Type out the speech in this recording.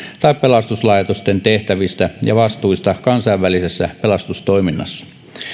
tai pelastuslaitosten tehtävistä ja vastuista kansainvälisessä pelastustoiminnassa